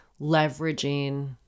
leveraging